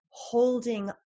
Holding